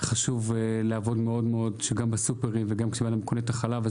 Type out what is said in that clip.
חשוב מאוד שגם כשאדם קונה חלב בסופר,